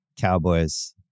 Cowboys